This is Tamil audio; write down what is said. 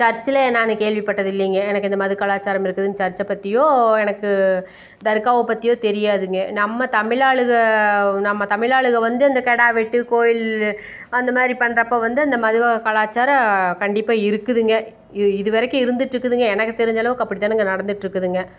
சர்ச்சில் நான் கேள்விப்பட்டது இல்லைங்க எனக்கு இந்த மது கலாச்சாரம் இருக்குதுன்னு சர்ச்சை பற்றியோ எனக்கு தர்காவை பற்றியோ தெரியாதுங்க நம்ம தமிழ் ஆளுகள் நம்ம தமிழ் ஆளுகள் வந்து இந்த கிடா வெட்டு கோயில் அந்த மாதிரி பண்ணுறப் போது வந்து அந்த மது வகை கலாச்சாரம் கண்டிப்பாக இருக்குதுங்க இதுவரைக்கும் இருந்துகிட்டுருக்குதுங்க எனக்கு தெரிஞ்சளவுக்கு அப்படிதானுங்க நடந்துகிட்டுருக்குதுங்க